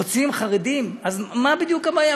מוציאים חרדים, מה בדיוק הבעיה?